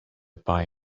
buy